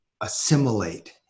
assimilate